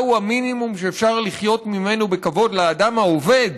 המינימום שאפשר לחיות ממנו בכבוד לאדם העובד,